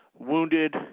Wounded